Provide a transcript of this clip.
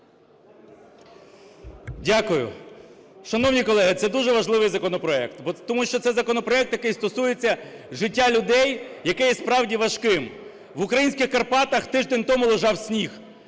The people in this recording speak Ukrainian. Дякую. Шановні колеги, це дуже важливий законопроект, тому що це законопроект, який стосується життя людей, яке є, справді, важким. В українських Карпатах тиждень тому лежав сніг.